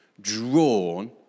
drawn